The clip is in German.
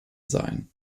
sein